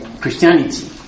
Christianity